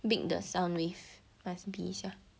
big the sound wave must be 一下